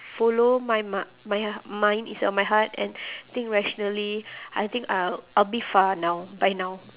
follow my mi~ my h~ mind instead of my heart and think rationally I think I'll I'll be far now by now